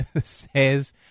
says